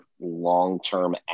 long-term